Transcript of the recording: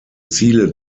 ziele